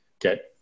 Get